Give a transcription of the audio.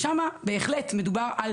שם בהחלט מדובר על